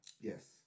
Yes